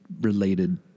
related